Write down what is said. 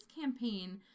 campaign